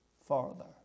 farther